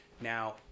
now